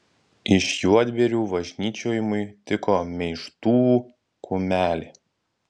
iš juodbėrių važnyčiojimui tiko meištų kumelė